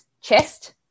chest